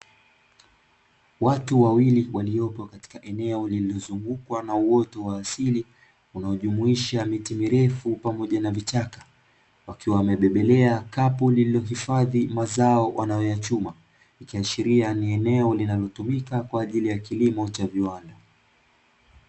Watu wawili waliopo katika eneo lililozungukwa na uoto wa asili unaojumuisha miti mirefu pamoja na vichaka wakiwa wamebebelea kapu lililohifadhi mazao wanayoyachuma, ikiashiria ni eneo linalotumika kwa ajili ya kilimo cha viwanda.